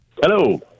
hello